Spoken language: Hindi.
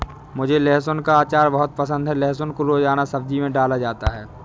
मुझे लहसुन का अचार बहुत पसंद है लहसुन को रोजाना सब्जी में डाला जाता है